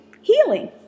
healing